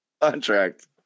contract